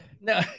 No